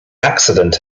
accident